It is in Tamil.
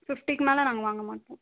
ஃபிஃப்டிக்கு மேலே நாங்கள் வாங்க மாட்டோம்